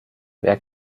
wer